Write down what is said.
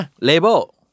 Label